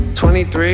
23